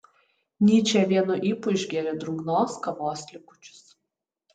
nyčė vienu ypu išgėrė drungnos kavos likučius